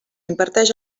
imparteix